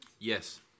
Yes